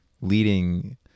leading